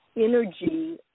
energy